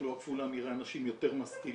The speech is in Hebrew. בתחלואה כפולה נראה אנשים יותר משכילים,